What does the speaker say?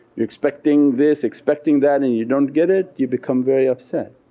you're expecting this expecting that and you don't get it you become very upset.